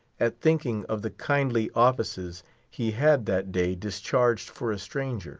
at thinking of the kindly offices he had that day discharged for a stranger